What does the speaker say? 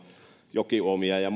jokiuomia ja